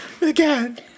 Again